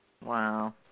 Wow